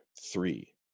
three